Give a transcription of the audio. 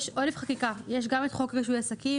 יש עודף חקיקה: יש גם את חוק רישוי עסקים,